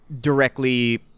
directly